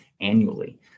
annually